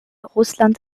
russland